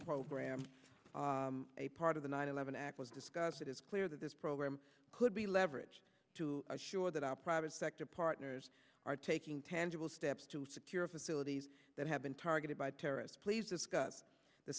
program a part of the nine eleven act was discussed it is clear that this program could be leveraged to assure that our private sector partners are taking tangible steps to secure facilities that have been targeted by terrorists please discuss the